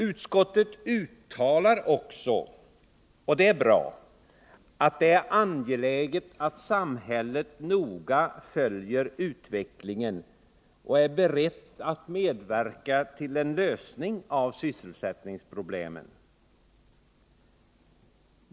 Utskottet skriver också, och det är bra, att det är angeläget att samhället noga följer utvecklingen och är berett att medverka till en lösning av sysselsättningsproblemen.